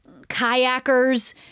kayakers